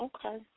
Okay